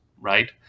right